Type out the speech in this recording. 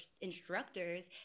instructors